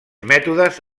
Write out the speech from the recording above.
mètodes